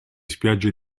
spiagge